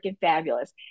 fabulous